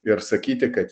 ir sakyti kad